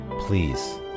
Please